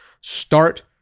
Start